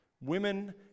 Women